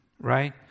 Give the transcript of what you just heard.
right